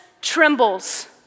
trembles